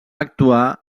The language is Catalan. actuar